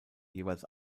jeweils